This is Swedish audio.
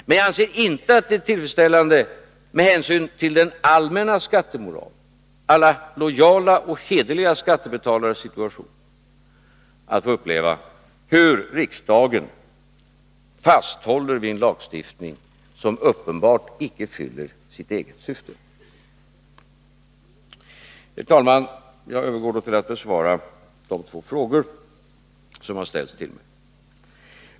Men jag anser inte att det är tillfredsställande med hänsyn till der allmänna skattemoralen och alla lojala och hederliga skattebetalare” situation att få uppleva hur riksdagen fasthåller vid en lagstiftning son uppenbart icke fyller sitt eget syfte. Herr talman! Jag övergår då till att besvara de två frågor som har ställts till mig.